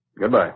Goodbye